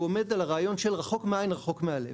והוא עומד על הרעיון של רחוק מהעין רחוק מהלב.